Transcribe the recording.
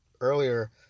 earlier